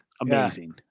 Amazing